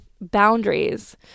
boundaries